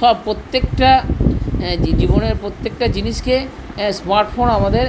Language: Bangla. সব প্রত্যেকটা জীবনের প্রত্যেকটা জিনিসকে স্মার্ট ফোন আমাদের